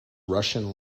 russian